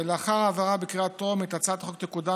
לאחר העברה בקריאה טרומית הצעת החוק תקודם